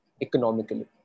economically